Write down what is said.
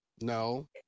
No